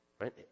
right